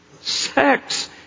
Sex